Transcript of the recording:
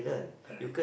correct